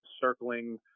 circling